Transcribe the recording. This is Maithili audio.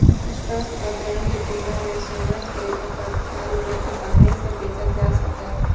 स्टॉक आ बांड के तुलना मे सोना कें आपातकाल मे आसानी सं बेचल जा सकैए